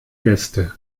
gäste